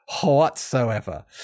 whatsoever